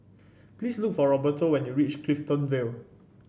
please look for Roberto when you reach Clifton Vale